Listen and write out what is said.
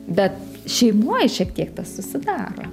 bet šeimoj šiek tiek tas susidaro